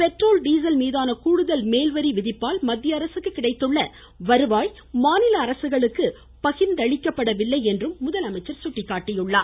petrol diesel மீதான கூடுதல் மேல் வரி விதிப்பால் மத்தியஅரசுக்கு கிடைத்துள்ள வருவாய் மாநில அரசுகளுக்கு பகிர்ந்தளிக்கப்படவில்லை என்றும் முதலமைச்சர் சுட்டிக்காட்டியுள்ளார்